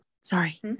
Sorry